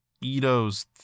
Ito's